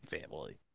Family